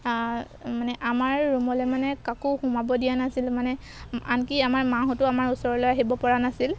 মানে আমাৰ ৰুমলৈ মানে কাকো সোমাব দিয়া নাছিল মানে আনকি আমাৰ মাহঁতো আমাৰ ওচৰলৈ আহিব পৰা নাছিল